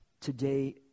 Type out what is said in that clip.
today